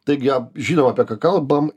taigi žinom apie ką kalbam